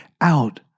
out